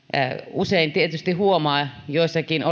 usein huomaa joissakin